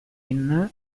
line